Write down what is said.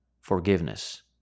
Forgiveness